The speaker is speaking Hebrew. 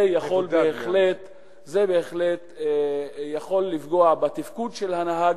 זה בהחלט יכול לפגוע בתפקוד של הנהג,